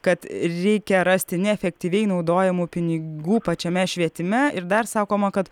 kad reikia rasti neefektyviai naudojamų pinigų pačiame švietime ir dar sakoma kad